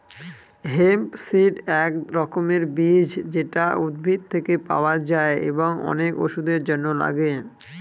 hemp seed এক রকমের বীজ যেটা উদ্ভিদ থেকে পাওয়া যায় এবং অনেক ওষুধের জন্য লাগে